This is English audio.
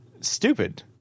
stupid